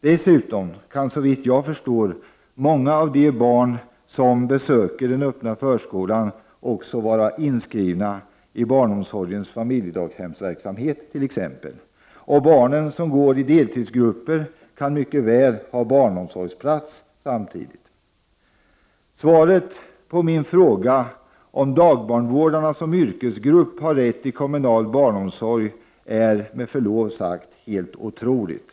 Dessutom kan, såvitt jag förstår, många av de barn som besöker den öppna förskolan också vara inskrivna i t.ex. barnomsorgens familjedaghemsverksamhet, och de barn som går i deltidsgrupp kan mycket väl samtidigt ha en barnomsorgsplats. Svaret på min fråga huruvida dagbarnvårdarna som yrkesgrupp har rätt till kommunal barnomsorg är med förlov sagt helt otroligt.